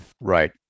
Right